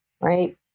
right